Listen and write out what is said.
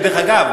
דרך אגב,